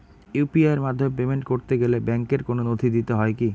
UPI এর মাধ্যমে payment করতে গেলে ব্যাংকের কোন নথি দিতে হয় কি?